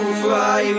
fly